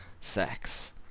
sex